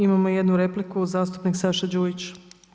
Imamo jednu repliku zastupnik Saša Đujić.